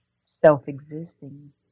self-existing